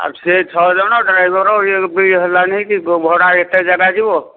ଆଉ ସେ ଛଅ ଜଣ ଡ୍ରାଇଭର ଇଏ ବି ହେଲାଣି କି ଭଡ଼ା ଏତେ ଜାଗା ଯିବ